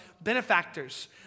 benefactors